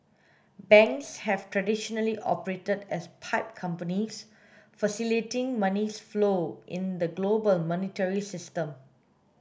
banks have traditionally operated as pipe companies facilitating money flows in the global monetary system